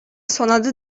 санады